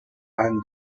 and